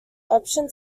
option